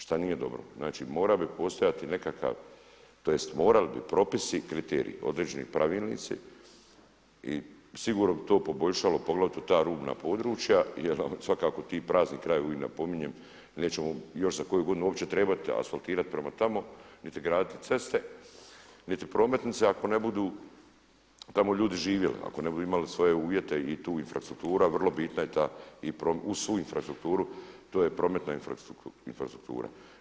Šta nije dobro, znači morao bi postojati nekakav, tj. morali bi propisi i kriteriji, određeni pravilnici i sigurno bi to poboljšalo, poglavito ta rubna područja jer svakako ti prazni krajevi uvijek napominjem, nećemo još za koju godinu uopće trebati asfaltirati prema tamo niti graditi ceste, niti prometnice ako ne budu tamo ljudi živjeli, ali ne budu imali svoje uvjete i tu infrastruktura, vrlo bitna je ta i uz svu infrastrukturu to je prometna infrastruktura.